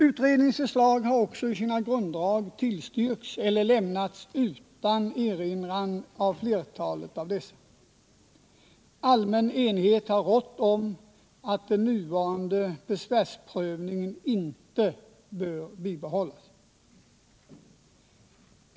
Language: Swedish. Utredningens förslag har i sina huvuddrag tillstyrkts eller lämnats utan erinran av flertalet remissinstanser. Allmän enighet har rått om att den nuvarande ordningen för besvärsprövningen inte bör bibehållas.